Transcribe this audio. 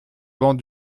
bancs